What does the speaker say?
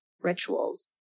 rituals